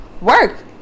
work